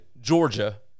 Georgia